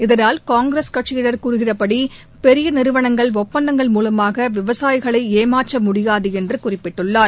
இதனால் காங்கிரஸ் கட்சியினர் கூறுகிறபடி பெரிய நிறுவனங்கள் ஒப்பந்தங்கள் மூலமாக விவசாயிகளை ஏமாற்ற முடியாது என்று குறிப்பிட்டுள்ளார்